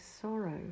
sorrow